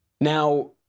Now